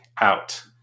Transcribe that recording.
out